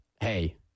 hey